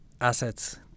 assets